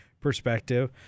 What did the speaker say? perspective